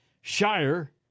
shire